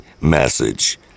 message